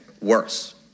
worse